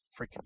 freaking